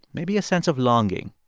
maybe a sense of longing,